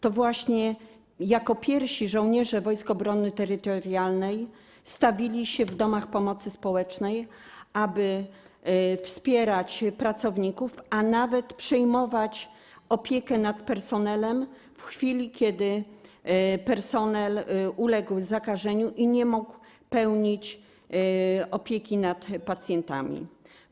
To właśnie jako pierwsi żołnierze Wojsk Obrony Terytorialnej stawili się w domach pomocy społecznej, aby wspierać pracowników, a nawet przejmować opiekę nad pacjentami w chwili, kiedy personel uległ zakażeniu i nie mógł sprawować nad nimi opieki.